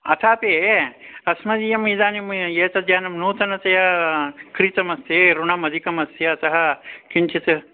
अथापि अस्मदीयम् इदानीम् एतद्यानं नूतनतया क्रीतमस्ति ऋणम् अधिकम् अस्ति अतः किञ्चित्